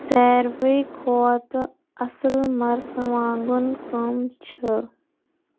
ساروِی کھۄتہٕ اصل مرژٕوانٛگُن کٔمۍ چھِ